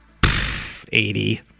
80